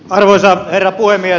arvoisa herra puhemies